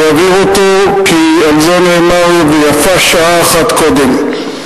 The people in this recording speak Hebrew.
ויעביר אותו, כי על זה נאמר: ויפה שעה אחת קודם.